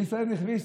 (אומר דברים ביידיש.)